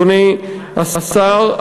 אדוני השר,